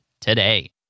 today